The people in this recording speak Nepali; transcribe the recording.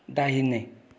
दाहिने